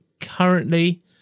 currently